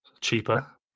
cheaper